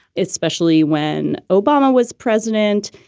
especially when obama was president.